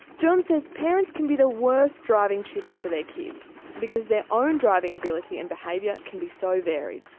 john says parents can be the worst driving tutors for their kids because their own driving ability and behaviour can be so varied.